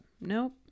Nope